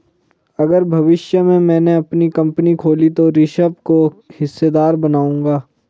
अगर भविष्य में मैने अपनी कंपनी खोली तो ऋषभ को हिस्सेदार बनाऊंगा